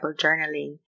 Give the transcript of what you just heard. journaling